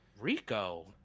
Rico